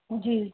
जी